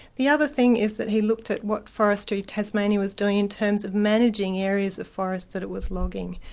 the other thing is that he looked at what forestry tasmania was doing in terms of managing areas of forest that it was logging.